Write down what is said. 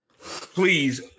Please